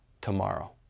tomorrow